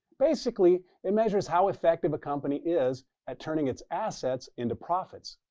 basically, it measures how effective a company is at turning its assets into profits.